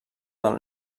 del